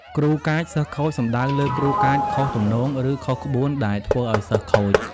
គ្រូកាច សិស្សខូច សំដៅលើគ្រូកាចខុសទំនងឬខុសក្បួនដែលធ្វើឲ្យសិស្សខូច។